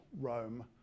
Rome